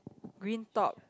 green top